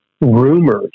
rumors